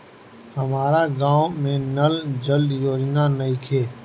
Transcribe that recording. हमारा गाँव मे नल जल योजना नइखे?